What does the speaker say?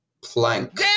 Plank